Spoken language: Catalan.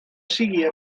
siga